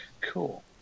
cool